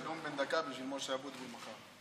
רק נאום בן דקה בשביל משה אבוטבול מחר.